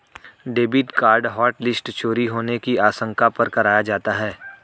debit card hotlist चोरी होने की आशंका पर कराया जाता है